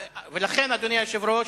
לכן, אדוני היושב-ראש,